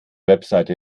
website